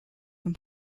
from